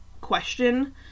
question